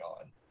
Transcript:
on